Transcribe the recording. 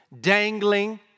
dangling